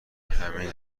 همین